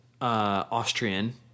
Austrian